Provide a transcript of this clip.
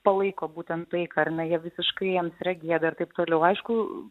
palaiko būtent taiką ar ne jie visiškai jiems yra gėda ir taip toliau aišku